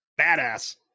Badass